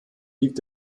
liegt